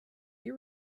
you